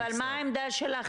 כן, אבל מה העמדה שלכם?